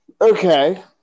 Okay